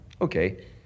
Okay